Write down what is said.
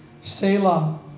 Selah